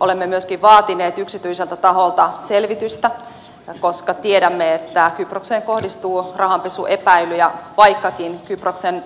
olemme myöskin vaatineet yksityiseltä taholta selvitystä koska tiedämme että kyprokseen kohdistuu rahanpesuepäilyjä vaikkakin kyproksen